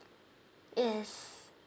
yes